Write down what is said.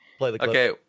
Okay